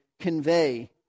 convey